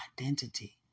identity